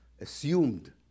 assumed